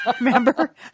remember